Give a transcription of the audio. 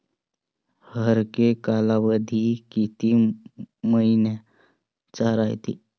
हरेक कालावधी किती मइन्याचा रायते?